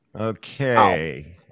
Okay